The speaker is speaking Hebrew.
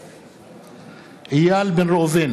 נגד איל בן ראובן,